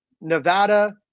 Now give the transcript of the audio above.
Nevada